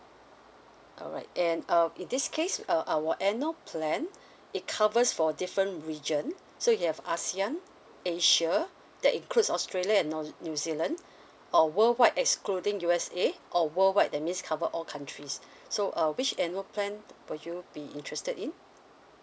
alright and um in this case uh our annual plan it covers for different region so you have asian asia that includes australia and new new zealand or worldwide excluding U_S_A or worldwide that means cover all countries so uh which annual plan would you be interested in